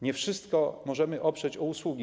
Nie wszystko możemy oprzeć na usługach.